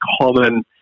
common